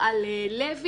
על זה